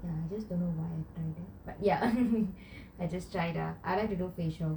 ya just don't know why I did ya I just try it lah I like to do facial